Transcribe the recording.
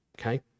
Okay